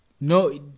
No